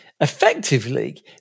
effectively